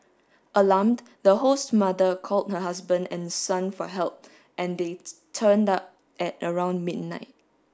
alarmed the host's mother called her husband and son for help and they turned up at around midnight